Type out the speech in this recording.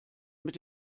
mit